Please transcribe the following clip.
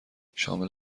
شامل